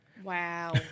Wow